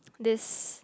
this